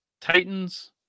Titans